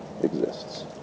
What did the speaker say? exists